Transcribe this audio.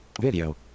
Video